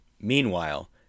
Meanwhile